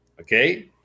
Okay